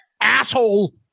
asshole